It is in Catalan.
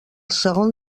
segon